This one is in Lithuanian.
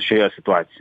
šioje situacijoj